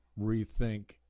rethink